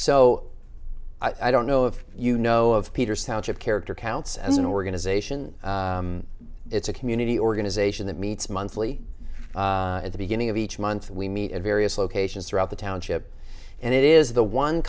so i don't know if you know of peter's township character counts as an organization it's a community organization that meets monthly at the beginning of each month we meet at various locations throughout the township and it is the one